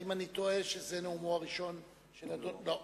האם אני טועה, שזה נאומו הראשון של אדוני?